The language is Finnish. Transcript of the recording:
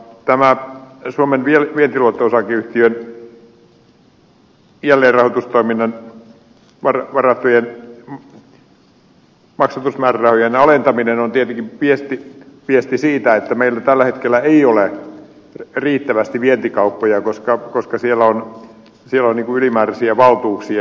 tämä suomen vientiluotto oyn jälleenrahoitustoimintaan varattujen maksatusmäärärahojen alentaminen on tietenkin viesti siitä että meillä tällä hetkellä ei ole riittävästi vientikauppoja koska siellä on ylimääräisiä valtuuksia